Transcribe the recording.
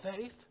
faith